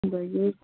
ꯑꯗꯒꯤ